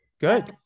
good